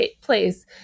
place